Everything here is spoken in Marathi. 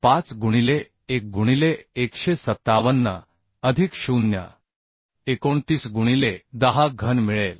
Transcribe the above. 25 गुणिले 1 गुणिले 157 अधिक 0 आहे त्यामुळे हे 29 गुणिले 10 घन मिळेल